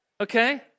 okay